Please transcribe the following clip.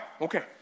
okay